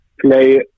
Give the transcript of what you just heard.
play